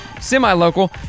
semi-local